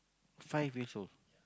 five years old